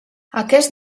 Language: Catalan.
aquests